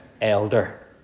elder